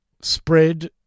spread